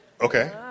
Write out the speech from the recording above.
okay